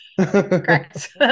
Correct